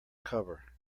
cover